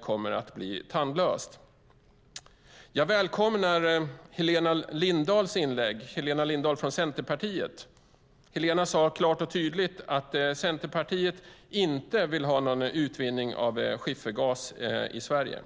kommer att bli tandlöst. Jag välkomnar inlägget från Centerpartiets Helena Lindahl. Helena sade klart och tydligt att Centerpartiet inte vill ha någon utvinning av skiffergas i Sverige.